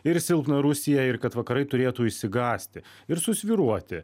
ir silpną rusiją ir kad vakarai turėtų išsigąsti ir susvyruoti